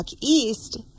east